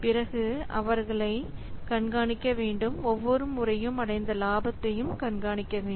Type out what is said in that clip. பிறகு அவர்களை கண்காணிக்க வேண்டும் ஒவ்வொரு முறையும் அடைந்த லாபத்தை கண்காணிக்க வேண்டும்